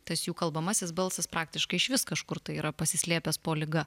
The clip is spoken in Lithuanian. tas jų kalbamasis balsas praktiškai išvis kažkur tai yra pasislėpęs po liga